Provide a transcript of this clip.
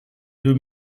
deux